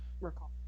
recall